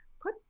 Put